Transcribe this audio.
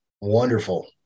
wonderful